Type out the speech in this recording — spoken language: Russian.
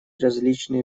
различные